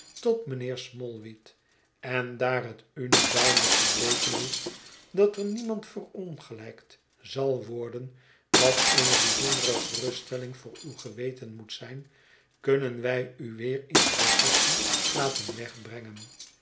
tot mijnheer smallweed en daar het u nu duidelijk gebleken is dat er niemand verongelijkt zal worden wat eene bijzondere geruststelling voor uw geweten moet zijn kunnen wij u weer in processie laten wegbrengen